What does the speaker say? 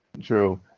true